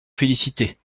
félicité